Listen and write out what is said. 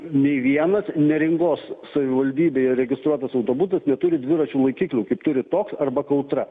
nei vienas neringos savivaldybėje registruotas autobusas neturi dviračių laikiklių kaip turi toks arba kautra